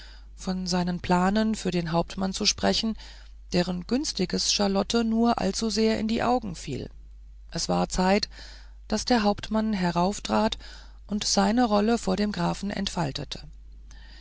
von seinen planen für den hauptmann zu sprechen deren günstiges charlotten nur allzusehr in die augen fiel es war zeit daß der hauptmann herauftrat und seine rolle vor dem grafen entfaltete